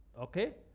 Okay